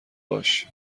باش